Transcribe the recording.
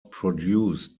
produced